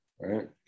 right